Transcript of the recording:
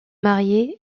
marié